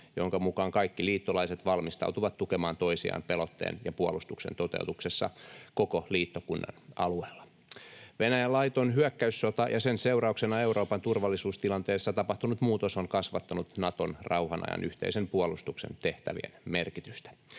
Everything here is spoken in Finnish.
jonka mukaan kaikki liittolaiset valmistautuvat tukemaan toisiaan pelotteen ja puolustuksen toteutuksessa koko liittokunnan alueella. Venäjän laiton hyökkäyssota ja sen seurauksena Euroopan turvallisuustilanteessa tapahtunut muutos on kasvattanut Naton rauhan ajan yhteisen puolustuksen tehtävien merkitystä.